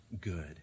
good